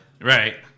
Right